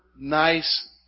nice